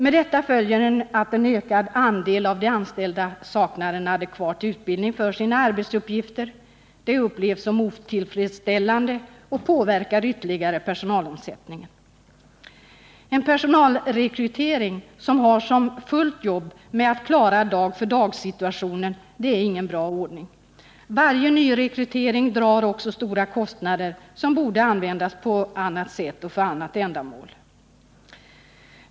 Med detta följer att en ökad andel av de anställda saknar en adekvat utbildning för sina arbetsuppgifter. Det upplevs som otillfredsställande och påverkar ytterligare personalomsättningen. En personalrekrytering som har fullt jobb med att klara dag-för-dag-situationen är ingen bra ordning. Varje nyrekrytering kostar också mycket pengar, som borde användas på annat sätt och för annat ändamål.